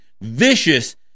vicious